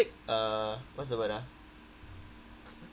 take uh what's the word ah